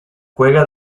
juega